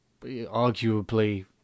arguably